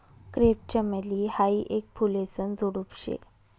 crepe चमेली हायी येक फुलेसन झुडुप शे